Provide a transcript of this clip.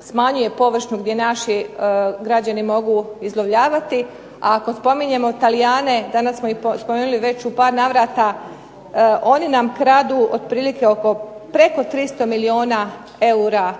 smanjuje površinu gdje naši građani mogu izlovljavati. A ako spominjemo Talijane, danas smo ih spomenuli već u par navrata, oni nam kradu otprilike oko preko 300 milijuna eura